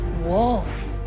wolf